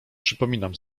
przypominam